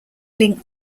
link